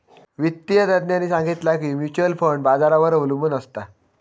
वित्तिय तज्ञांनी सांगितला की म्युच्युअल फंड बाजारावर अबलंबून असता